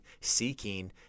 seeking